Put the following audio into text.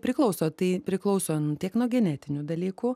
priklauso tai priklauso tiek nuo genetinių dalykų